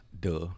Duh